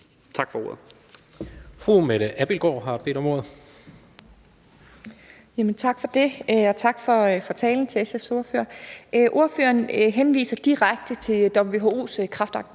Tak for ordet.